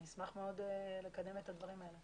נשמח מאוד לקדם את הדברים האלה.